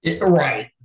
Right